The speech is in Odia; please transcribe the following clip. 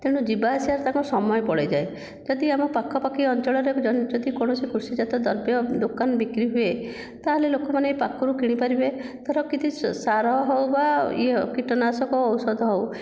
ତେଣୁ ଯିବା ଆସିବାରେ ତାଙ୍କ ସମୟ ପଳେଇଯାଏ ଯଦି ଆମ ପାଖାପାଖି ଅଞ୍ଚଳରେ ଯଦି କୌଣସି କୃଷିଜାତ ଦ୍ରବ୍ୟ ଦୋକାନ ବିକ୍ରି ହୁଏ ତାହେଲେ ଲୋକମାନେ ଏଇ ପାଖରୁ କିଣିପାରିବେ ଧର କିଛି ସାର ହେଉ ବା ଇଏ କୀଟନାଶକ ଔଷଧ ହେଉ